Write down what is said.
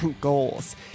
goals